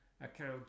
account